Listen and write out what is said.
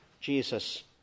Jesus